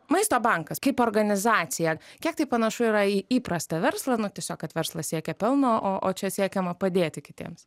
maisto bankas kaip organizacija kiek tai panašu yra į įprastą verslą nu tiesiog kad verslas siekia pelno o o čia siekiama padėti kitiems